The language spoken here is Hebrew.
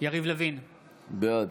יריב לוין, בעד